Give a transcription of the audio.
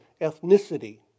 ethnicity